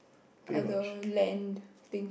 other land things